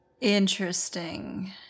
Interesting